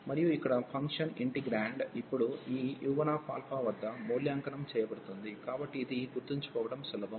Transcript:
మరియు ఇక్కడ function integrand ఇప్పుడు ఈ u1 వద్ద మూల్యాంకనం చేయబడుతుంది కాబట్టి ఇది గుర్తుంచుకోవడం సులభం